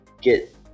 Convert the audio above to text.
get